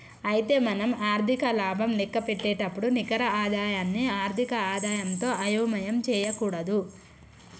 అయితే మనం ఆర్థిక లాభం లెక్కపెట్టేటప్పుడు నికర ఆదాయాన్ని ఆర్థిక ఆదాయంతో అయోమయం చేయకూడదు